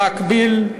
במקביל,